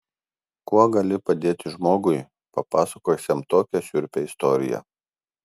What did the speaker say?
kuo gali padėti žmogui papasakojusiam tokią šiurpią istoriją